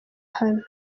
hano